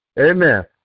Amen